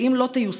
שאם לא תיושם,